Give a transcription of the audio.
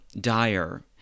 dire